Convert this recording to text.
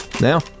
Now